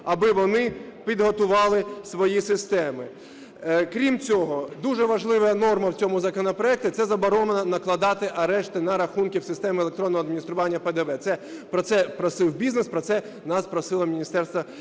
аби вони підготували свої системи. Крім цього, дуже важлива норма в цьому законопроекті, це заборона накладати арешти на рахунки в системи електронного адміністрування ПДВ, це про це просив бізнес, про нас просило Міністерство фінансів